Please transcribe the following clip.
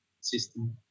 system